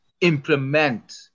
implement